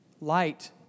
Light